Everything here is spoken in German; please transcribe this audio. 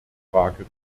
frage